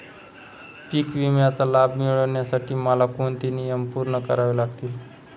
पीक विम्याचा लाभ मिळण्यासाठी मला कोणते नियम पूर्ण करावे लागतील?